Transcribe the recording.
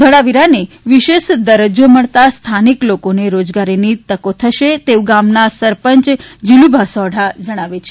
ધોળાવીરાને વિશેષ દરજ્જો મળતા સ્થાનિક લોકોને રાજગારીની તકો થશે તેવું ગામના સરપંચ જીલુભા સોઢા જણાવે છે